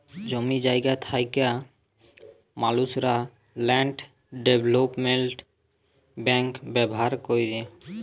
জমি জায়গা থ্যাকা মালুসলা ল্যান্ড ডেভলোপমেল্ট ব্যাংক ব্যাভার ক্যরে